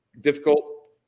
difficult